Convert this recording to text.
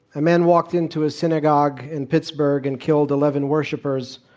a man walked into a synagogue in pittsburgh and killed eleven worshipers,